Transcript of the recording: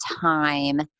time